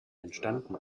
entstanden